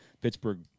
Pittsburgh